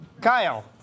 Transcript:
Kyle